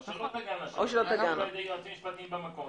השאלות תגענה ליועצים משפטיים במקום,